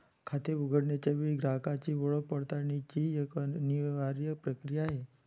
खाते उघडण्याच्या वेळी ग्राहकाची ओळख पडताळण्याची एक अनिवार्य प्रक्रिया आहे